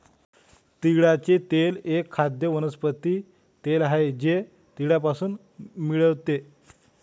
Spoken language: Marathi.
तिळाचे तेल एक खाद्य वनस्पती तेल आहे जे तिळापासून मिळते